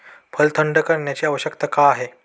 फळ थंड करण्याची आवश्यकता का आहे?